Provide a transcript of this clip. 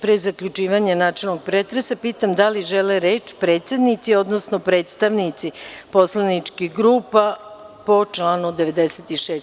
Pre zaključivanja načelnog pretresa pitam da li žele reč predsednici odnosno predstavnici poslaničkih grupa po članu 96.